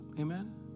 Amen